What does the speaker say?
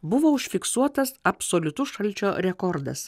buvo užfiksuotas absoliutus šalčio rekordas